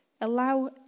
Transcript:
Allow